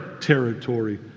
territory